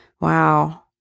Wow